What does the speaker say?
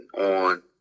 on